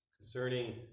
concerning